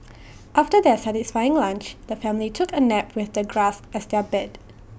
after their satisfying lunch the family took A nap with the grass as their bed